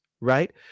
Right